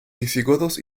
visigodos